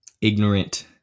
ignorant